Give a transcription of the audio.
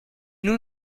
nous